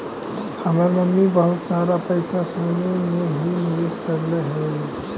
हमर मम्मी बहुत सारा पैसा सोने में ही निवेश करलई हे